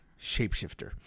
Shapeshifter